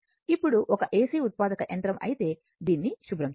ఇప్పుడు ఒక AC ఉత్పాదక యంత్రం అయితే దీన్ని శుభ్రం చేద్దాం